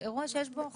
כן, אירוע שיש בו חשש.